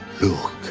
Look